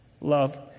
Love